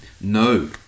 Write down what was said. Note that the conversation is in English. No